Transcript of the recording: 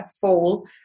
fall